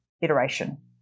iteration